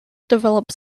developed